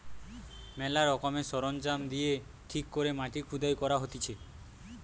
ম্যালা রকমের সরঞ্জাম দিয়ে ঠিক করে মাটি খুদাই করা হতিছে